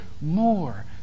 more